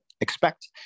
expect